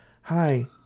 Hi